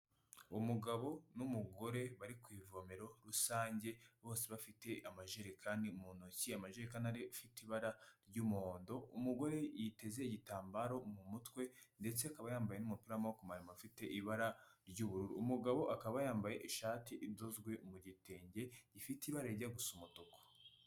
Umugabo n'umugore bari ku ivomero rusange, bose bafite amajerekani mu ntoki, amajekani afite ibara ry'umuhondo, umugore yiteze igitambaro mu mutwe, ndetse akaba yambaye n'umupira w'amaboko maremare afite ibara ry'ubururu. Umugabo akaba yambaye ishati idozwe mu gitenge gifite ibara rijya gusa umutuku.